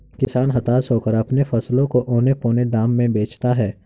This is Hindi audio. किसान हताश होकर अपने फसलों को औने पोने दाम में बेचता है